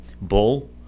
bull